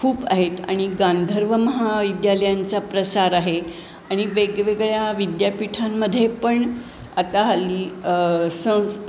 खूप आहेत आणि गांधर्व महाविद्यालयांचा प्रसार आहे आणि वेगवेगळ्या विद्यापीठांमध्ये पण आता हल्ली संस्